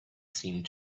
seemed